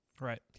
Right